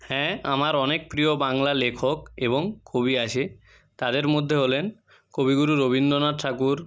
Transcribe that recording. হ্যাঁ আমার অনেক প্রিয় বাংলা লেখক এবং কবি আছে তাঁদের মধ্যে হলেন কবিগুরু রবীন্দ্রনাথ ঠাকুর